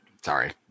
Sorry